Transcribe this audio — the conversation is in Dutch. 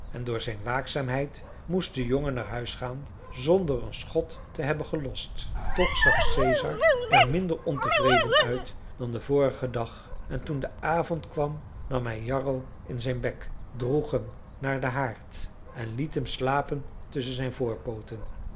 en door zijn waakzaamheid moest de jongen naar huis gaan zonder een schot te hebben gelost toch zag caesar er minder ontevreden uit dan den vorigen dag en toen de avond kwam nam hij jarro in zijn bek droeg hem naar den haard en liet hem slapen tusschen zijn